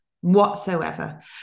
whatsoever